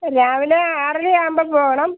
രാവിലെ ആറരയാകുമ്പോൾ പോവണം